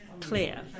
clear